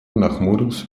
нахмурился